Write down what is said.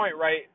right